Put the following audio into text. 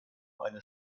eines